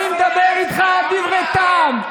אני מדבר איתך דברי טעם.